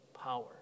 power